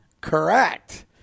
Correct